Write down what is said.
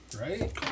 right